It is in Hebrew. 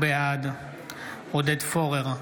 בעד עודד פורר,